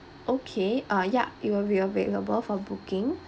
okay uh ya it will be available for booking